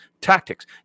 tactics